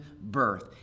birth